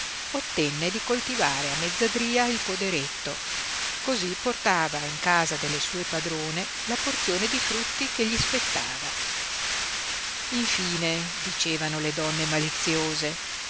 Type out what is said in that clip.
ottenne di coltivare a mezzadria il poderetto cosí portava in casa delle sue padrone la porzione di frutti che gli spettava infine dicevano le donne maliziose